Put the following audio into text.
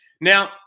Now